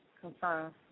confirm